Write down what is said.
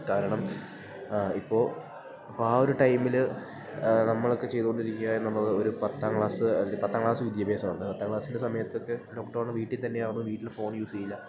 കാരണം ഇപ്പോൾ അപ്പം ആ ഒരു ടൈമിൽ നമ്മൾ ഒക്കെ ചെയ്തോണ്ടിരിക്കുക എന്നുള്ളത് ഒരു പത്താം ക്ലാസ്സ് അല്ലെ പത്താം ക്ലാസ്സ് വിഭ്യാസമാണ് പത്താം ക്ലാസിൻ്റെ സമയത്തൊക്കെ ലോക്ക്ഡൗൺ വീട്ടിൽ തന്നെ ആവുമ്പോ വീട്ടില് ഫോൺ യൂസെയ്യില്ല